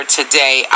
today